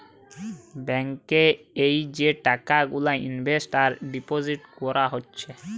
bank এ যে টাকা গুলা ইনভেস্ট আর ডিপোজিট কোরা হচ্ছে